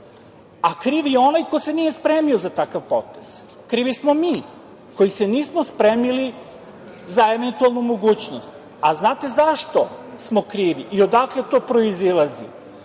Kriv je onaj ko se nije spremio za takav potez. Krivi smo mi koji se nismo spremili za eventualnu mogućnost. Znate zašto smo krivi i odakle to proizilazi?